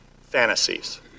fantasies